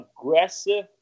aggressive